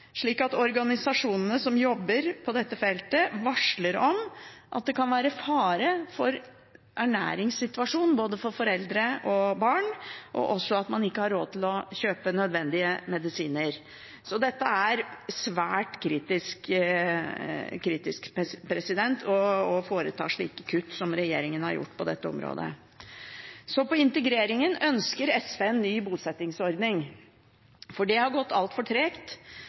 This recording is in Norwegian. slik at organisasjonene som jobber på dette feltet, varsler om at det kan være fare for ernæringssituasjon for både foreldre og barn, og også at man ikke har råd til å kjøpe nødvendige medisiner. Det er svært kritisk å foreta slike kutt som regjeringen har gjort på dette området. På integrering ønsker SV en ny bosettingsordning. Det har gått altfor tregt.